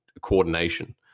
coordination